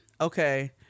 okay